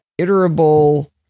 iterable